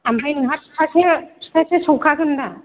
आमफ्राइ नोंहा फिथासो फिथासो सौखागोन दा